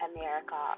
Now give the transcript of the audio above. America